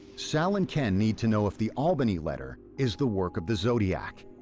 sal and ken need to know if the albany letter is the work of the zodiac.